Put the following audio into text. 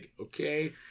okay